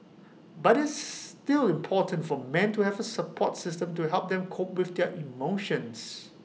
but it's still important for men to have A support system to help them cope with their emotions